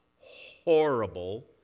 horrible